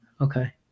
Okay